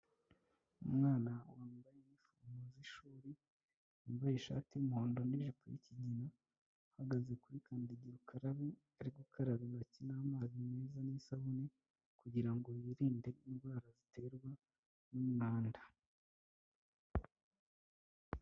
Umwana wambaye inifomo z'ishuri, wambaye ishati y'umuhondo n'ijipo yikigina uhagaze kuri kandagira ukarabe, ari gukaraba intoki n'amazi meza n'isabune kugira ngo yirinde indwara ziterwa n'umwanda.